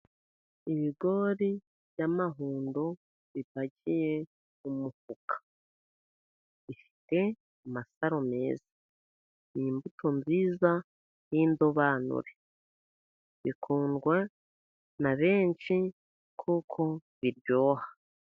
Ibigori by'amahundo bipakiye mu mufuka, bifite amasaro meza. Ni imbuto nziza y'indobanure, bikundwa na benshi kuko biryoha.